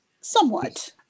Somewhat